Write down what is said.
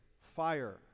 fire